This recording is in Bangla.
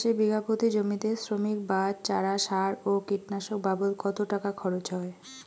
টমেটো চাষে বিঘা প্রতি জমিতে শ্রমিক, বাঁশ, চারা, সার ও কীটনাশক বাবদ কত টাকা খরচ হয়?